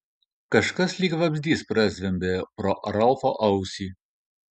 kažkas lyg vabzdys prazvimbė pro ralfo ausį